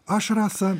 aš rasa